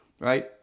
right